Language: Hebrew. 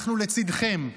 אנחנו לצידכם.